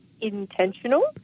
intentional